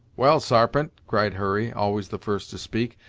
well, sarpent, cried hurry, always the first to speak,